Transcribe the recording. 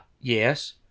Yes